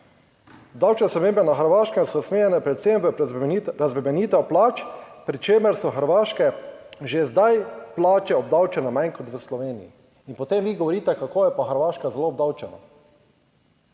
Davčne spremembe na Hrvaškem so usmerjene predvsem v razbremenitev plač, pri čemer so hrvaške že zdaj plače obdavčene manj kot v Sloveniji. In potem vi govorite, kako je pa Hrvaška zelo obdavčeno.